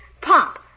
pop